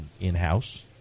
in-house